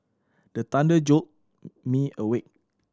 the thunder jolt me awake